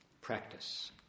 practice